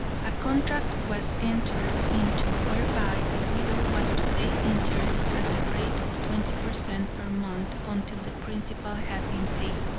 a contract was entered into, whereby the widow was to pay interest at the rate of twenty per cent per month until the principal had been paid.